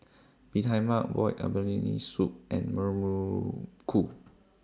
Bee Tai Mak boiled abalone Soup and Muruku